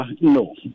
no